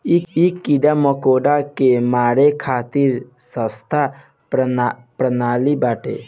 इ कीड़ा मकोड़ा के मारे खातिर सस्ता प्रणाली बाटे